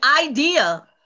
idea